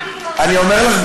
אני אומר לך,